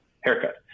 haircut